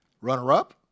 runner-up